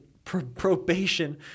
probation